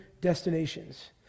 destinations